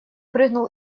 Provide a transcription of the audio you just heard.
прыгнул